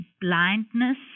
Blindness